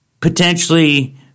potentially